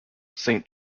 saint